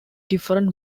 different